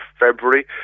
February